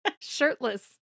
Shirtless